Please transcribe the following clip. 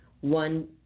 One